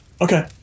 Okay